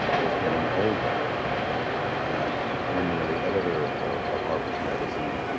was getting older and when you are the editor of harper's magazine,